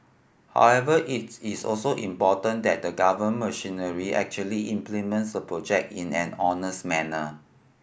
however it's is also important that the government machinery actually implements the project in an honest manner